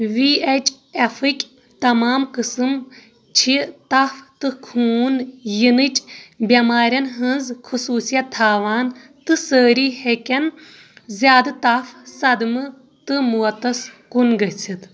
V H ایٚفٕکۍ تمام قٕسم چھِ تپھ تہٕ خوٗن یِنٕچ بٮ۪مارِٮ۪ن ہٕنٛز خصوٗصیت تھاوان تہٕ سٲری ہیٚكین زِیٛادٕ تپھ، صدمہٕ تہٕ موتس کُن گژھِتھ